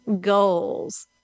goals